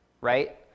right